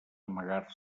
amagar